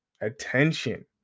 attention